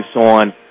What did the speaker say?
on